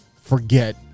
Forget